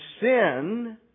sin